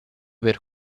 per